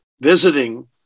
visiting